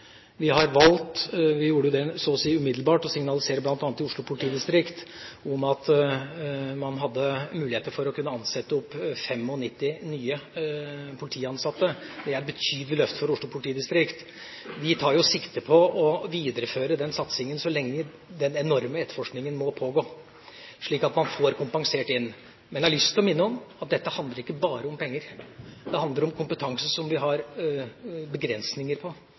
Vi valgte så å si med en gang å signalisere bl.a. til Oslo politidistrikt at man hadde mulighet til å få 95 nye politiansatte – et betydelig løft for Oslo politidistrikt. Vi tar sikte på å videreføre den satsingen så lenge den enorme etterforskningen må pågå, slik at man får kompensert inn. Men jeg har lyst til å minne om at dette ikke bare handler om penger. Det handler om etterforskningsmessig kompetanse, som vi har begrensninger på.